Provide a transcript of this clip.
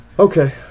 Okay